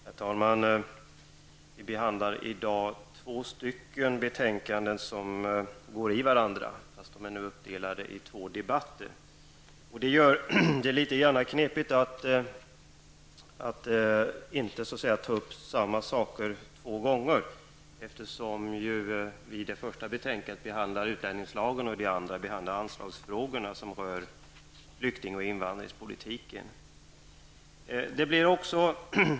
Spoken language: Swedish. Herr talman! Vi behandlar i dag två betänkanden som innehållsmässigt går in i varandra -- fast de är uppdelade i två debatter. Det blir då litet knepigt att inte ta upp samma saker två gånger. I det första betänkandet behandlas utlänningslagen och i det andra betänkandet anslagsfrågorna som rör flykting och invandringspolitiken. Herr talman!